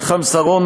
מתחם שרונה,